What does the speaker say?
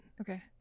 Okay